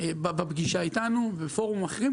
מפורשות בפגישה איתנו ובפורומים אחרים,